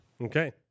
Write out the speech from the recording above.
Okay